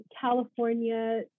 California